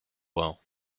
well